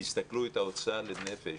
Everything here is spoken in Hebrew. תסתכלו את האוצר לנפש.